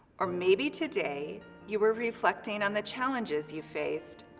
or maybe today you were reflecting on the challenges you faced,